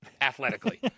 athletically